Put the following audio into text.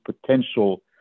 potential